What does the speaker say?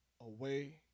away